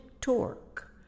torque